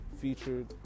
featured